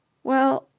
well,